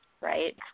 right